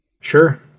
sure